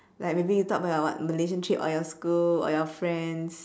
like may be you talk about your what malaysia trip or your school or your friends